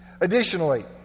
Additionally